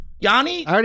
Yanni